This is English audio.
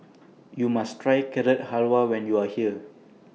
YOU must Try Carrot Halwa when YOU Are here